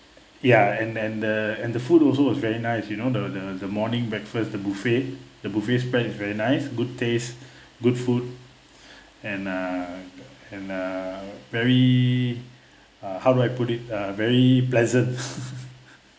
ya and and the and the food also was very nice you know the the morning breakfast buffet the buffet spreads is very nice good tastes good food and uh and uh very uh how do I put it uh very pleasant